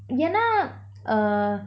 என்ன:yenna err